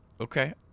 Okay